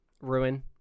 ruin